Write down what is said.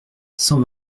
cent